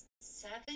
seven